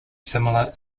similar